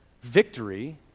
Victory